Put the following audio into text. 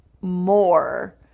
more